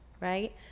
right